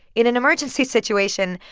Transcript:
in an emergency situation,